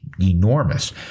enormous